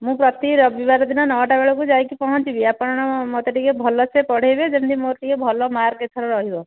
ମୁଁ ପ୍ରତି ରବିବାର ଦିନ ନଅଟା ବେଳକୁ ଯାଇକି ପହଞ୍ଚିବି ଆପଣ ମୋତେ ଟିକେ ଭଲ ସେ ପଢ଼ାଇବେ ଯେମିତି ମୋର ଟିକେ ଭଲ ମାର୍କ ଏଥର ରହିବ